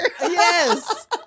Yes